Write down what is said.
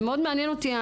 זה מאוד מעניין אותי.